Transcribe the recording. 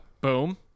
Boom